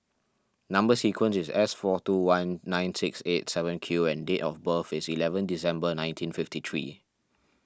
Number Sequence is S four two one nine six eight seven Q and date of birth is eleven December nineteen fifty three